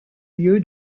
lieu